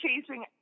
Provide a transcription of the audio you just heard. chasing